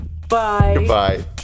Goodbye